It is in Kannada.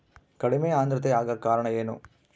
ಕಡಿಮೆ ಆಂದ್ರತೆ ಆಗಕ ಕಾರಣ ಏನು?